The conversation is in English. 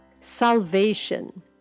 Salvation